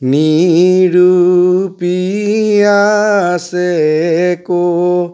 নিৰোপি আছে কৈ